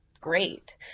great